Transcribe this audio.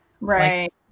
Right